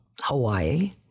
Hawaii